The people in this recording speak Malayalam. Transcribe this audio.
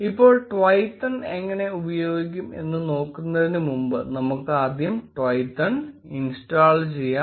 ഇപ്പോൾ Twython എങ്ങനെ ഉപയോഗിക്കും എന്ന് നോക്കുന്നതിനു മുമ്പ് നമുക്ക് ആദ്യം Twython ഇൻസ്റ്റാൾ ചെയ്യാം